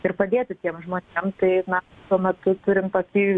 ir padėti tiem žmonėm tai na tuomet kai turim tokį